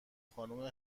خانم